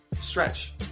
stretch